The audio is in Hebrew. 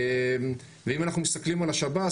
אם אנחנו מסתכלים על השב"ס,